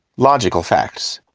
logical facts.